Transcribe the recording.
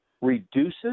reduces